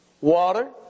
water